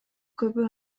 көбү